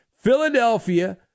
Philadelphia